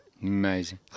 amazing